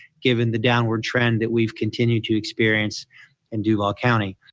given the downward trend that we've continued to experience in duval county.